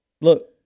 Look